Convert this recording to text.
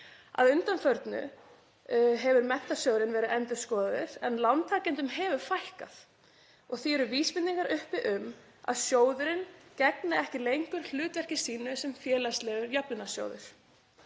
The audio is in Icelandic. Að undanförnu hefur Menntasjóðurinn verið endurskoðaður en lántakendum hefur fækkað. Því eru vísbendingar uppi um að sjóðurinn gegni ekki lengur hlutverki sínu sem félagslegur jöfnunarsjóður.